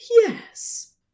yes